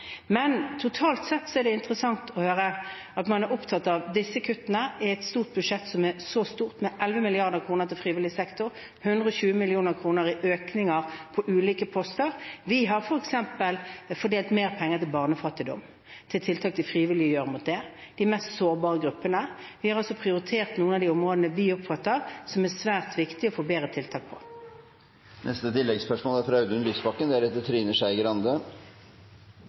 Totalt sett er det interessant å høre at man er opptatt av disse kuttene i et så stort budsjett – med 11 mrd. kr til frivillig sektor og med 120 mill. kr i økning på ulike poster. Vi har f.eks. fordelt mer penger til tiltak mot barnefattigdom, til tiltak frivillige gjør for de mest sårbare gruppene. Vi har prioritert noen av de områdene der vi oppfatter at det er svært viktig å få bedre tiltak. Audun Lysbakken – til oppfølgingsspørsmål. Det er